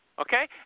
okay